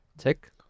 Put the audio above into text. check